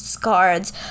cards